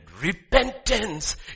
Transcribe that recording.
repentance